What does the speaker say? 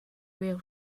real